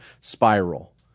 spiral